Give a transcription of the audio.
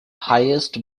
highest